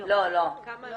לא על הטרדות מיניות.